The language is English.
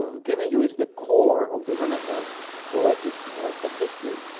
ah given you is the core of the renaissance poetics of history,